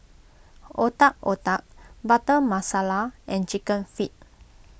Otak Otak Butter Masala and Chicken Feet